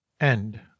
End